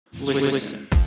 Listen